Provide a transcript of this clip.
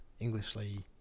Englishly